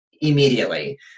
immediately